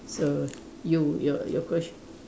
so you your your ques~